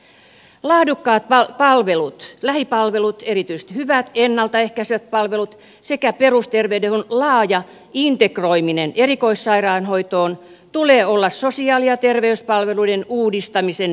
laadukkaiden palvelujen lähipalvelujen erityisesti hyvien ennalta ehkäisevien palvelujen sekä perusterveydenhuollon laajan integroimisen erikoissairaanhoitoon tulee olla sosiaali ja terveyspalveluiden uudistamisen perustana